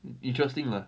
interesting lah